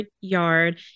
yard